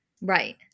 Right